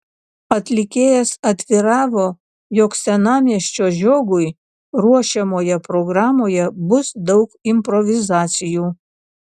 atlikėjas atviravo jog senamiesčio žiogui ruošiamoje programoje bus daug improvizacijų